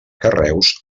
carreus